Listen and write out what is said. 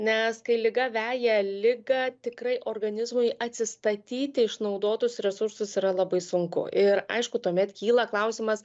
nes kai liga veja ligą tikrai organizmui atsistatyti išnaudotus resursus yra labai sunku ir aišku tuomet kyla klausimas